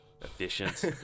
efficient